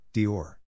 Dior